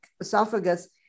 esophagus